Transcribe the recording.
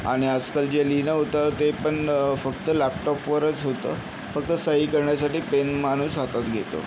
आणि आजकाल जे लिहिणं होतं ते पण फक्त लॅपटॉपवरच होतं फक्त सही करण्यासाठी पेन माणूस हातात घेतो